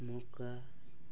ମକା